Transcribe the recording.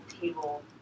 table